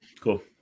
cool